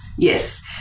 Yes